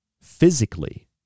physically